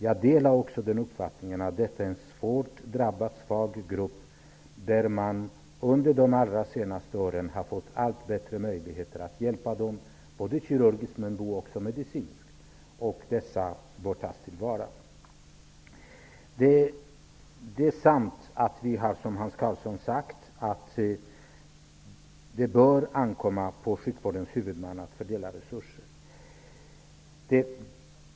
Jag delar också uppfattningen att personer med epilepsi är en svårt drabbad svag grupp, som man under de senaste åren har fått allt bättre möjligheter att hjälpa kirurgiskt men också medicinskt och att dessa möjligheter bör tas till vara. Det är sant att vi har ansett, som Hans Karlsson har sagt, att det bör ankomma på sjukvårdens huvudmän att fördela resurser.